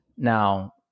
Now